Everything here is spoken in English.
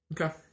Okay